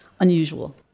Unusual